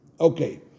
Okay